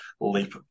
leap